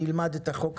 נלמד את החוק,